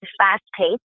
fast-paced